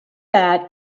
bad